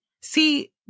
See